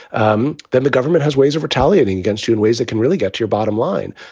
um then the government has ways of retaliating against you in ways that can really get to your bottom line.